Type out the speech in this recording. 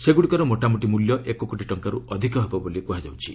ସେଗୁଡ଼ିକର ମୋଟାମୋଟି ମୂଲ୍ୟ ଏକ କୋଟି ଟଙ୍କାରୁ ଅଧିକ ହେବ ବୋଲି କୁହାଯାଉଛି